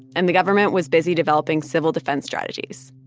and the government was busy developing civil defense strategies,